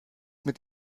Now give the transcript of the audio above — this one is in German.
mit